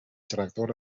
tractor